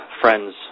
friends